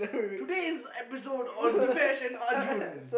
today is the episode of the fashion Arjun